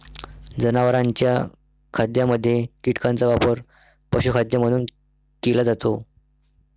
जनावरांच्या खाद्यामध्ये कीटकांचा वापर पशुखाद्य म्हणून केला जातो